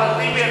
אחמד טיבי,